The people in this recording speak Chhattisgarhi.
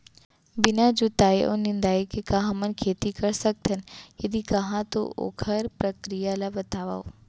बिना जुताई अऊ निंदाई के का हमन खेती कर सकथन, यदि कहाँ तो ओखर प्रक्रिया ला बतावव?